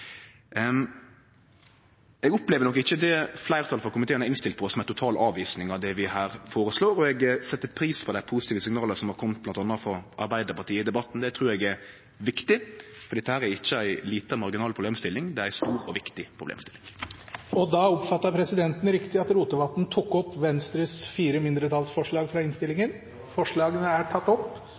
Eg opplever ikkje det fleirtalet i komiteen har innstilt på, som ei total avvising av det vi her føreslår, og eg set pris på dei positive signala som har kome bl.a. frå Arbeidarpartiet i debatten. Det trur eg er viktig, for dette er ikkje ei lita, marginal problemstilling. Det er ei stor og viktig problemstilling. Har presidenten oppfattet det riktig når han tror at representanten Rotevatn vil ta opp de fire